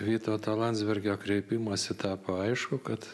vytauto landsbergio kreipimosi tapo aišku kad